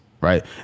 Right